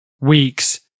week's